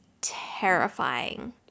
terrifying